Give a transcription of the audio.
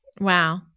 Wow